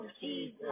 Jesus